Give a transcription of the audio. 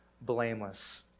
blameless